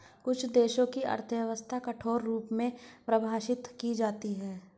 कुछ देशों की अर्थव्यवस्था कठोर रूप में परिभाषित की जाती हैं